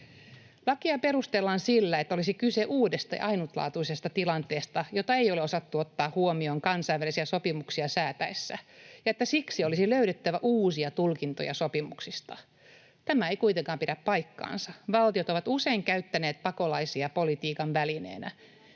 Lakia perustellaan sillä, että olisi kyse uudesta ja ainutlaatuisesta tilanteesta, jota ei ole osattu ottaa huomioon kansainvälisiä sopimuksia säädettäessä ja että siksi olisi löydettävä uusia tulkintoja sopimuksista. Tämä ei kuitenkaan pidä paikkaansa. Valtiot ovat usein käyttäneet pakolaisia politiikan välineenä,